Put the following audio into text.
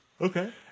Okay